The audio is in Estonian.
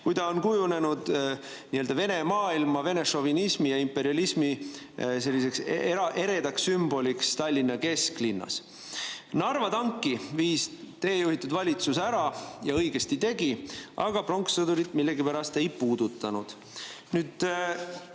Ta on kujunenud nii-öelda Vene maailma, vene šovinismi ja imperialismi eredaks sümboliks Tallinna kesklinnas. Narva tanki viis teie juhitud valitsus ära ja õigesti tegi, aga pronkssõdurit millegipärast ei puudutanud. Mingil